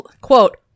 quote